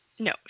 No